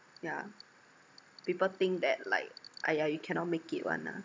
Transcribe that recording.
yeah people think that like !aiya! you cannot make it [one] lah